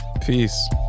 Peace